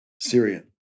Syrian